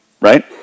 right